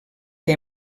que